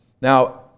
Now